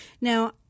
Now